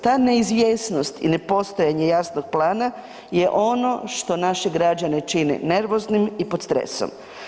Ta neizvjesnost i ne postojanje jasnog plana je ono što naše građane čini nervoznim i pod stresom.